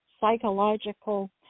psychological